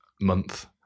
month